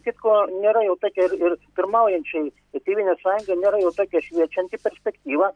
kitko nėra jau tokia ir ir pirmaujančiai ta tėvynės sąjunga nėra jau tokia šviečianti perspektyva